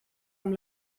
amb